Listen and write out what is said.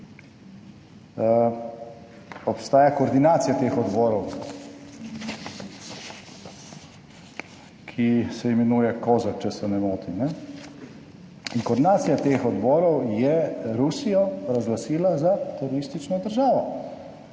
Obstaja koordinacija teh odborov, ki se imenuje Cosac, če se ne motim. In koordinacija teh odborov je Rusijo razglasila za teroristično državo.